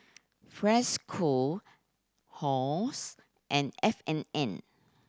Freshkon Halls and F and N